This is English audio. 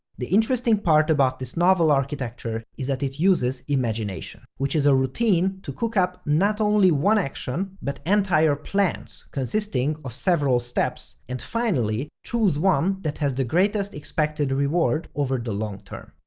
the interesting part about this novel architecture is that it uses imagination, which is a routine to cook up not only one action, but re plans consisting of several steps, and finally, choose one that has the greatest expected reward over the long term.